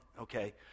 okay